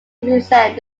represent